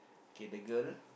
k the girl